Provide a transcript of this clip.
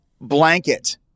blanket